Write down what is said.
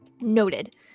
Noted